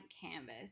canvas